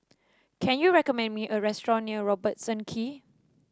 can you recommend me a restaurant near Robertson Quay